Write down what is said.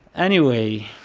anyway.